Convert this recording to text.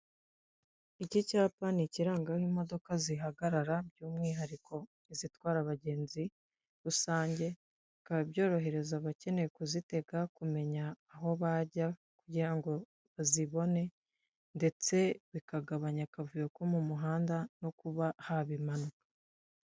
Iki cyapa nikiranga aho imodoka zihagarara by'umwihariko izitwara abagenzi rusange, bikaba byorohereza abakeneye kuzitega kumenya aho bajya kugira ngo bazibone, ndetse bikagabanya akavuyo ko mu muhanda nko kuba haba impanuka.